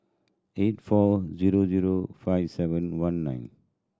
eight four zero zero five seven one nine